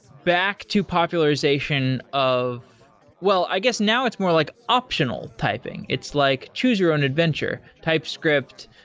back to popularization of well, i guess now it's more like optional typing. it's like choose your own adventure typescript.